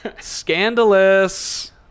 Scandalous